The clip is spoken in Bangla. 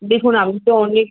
দেখুন আমি তো অনেক